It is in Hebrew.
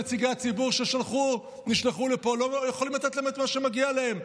נציגי הציבור שנשלחו לפה לא יכולים לתת להם את מה שמגיע להם.